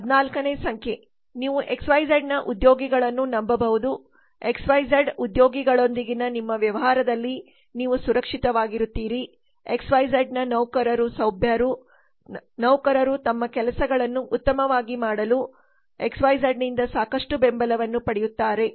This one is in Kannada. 14 ನೇ ಸಂಖ್ಯೆ ನೀವು ಎಕ್ಸ್ ವೈ ಝಡ್ನ ಉದ್ಯೋಗಿಗಳನ್ನು ನಂಬಬಹುದು ಎಕ್ಸ್ ವೈ ಝಡ್ಉದ್ಯೋಗಿಗಳೊಂದಿಗಿನ ನಿಮ್ಮ ವ್ಯವಹಾರದಲ್ಲಿ ನೀವು ಸುರಕ್ಷಿತವಾಗಿರುತ್ತೀರಿ ಎಕ್ಸ್ ವೈ ಝಡ್ನ ನೌಕರರು ಸಭ್ಯರು ನೌಕರರು ತಮ್ಮ ಕೆಲಸಗಳನ್ನು ಉತ್ತಮವಾಗಿ ಮಾಡಲು ಎಕ್ಸ್ ವೈ ಝಡ್ನಿಂದ ಸಾಕಷ್ಟು ಬೆಂಬಲವನ್ನು ಪಡೆಯುತ್ತಾರೆ